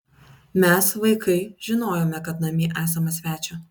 mes vaikai žinojome kad namie esama svečio